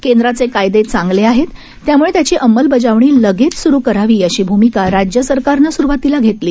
केंद्राचे कायदे चांगले आहेत त्यामुळे त्याची अंमलबजावणी लगेच स्रु करावी अशी भूमिका राज्य सरकारनं सुरूवातीला घेतली